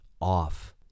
off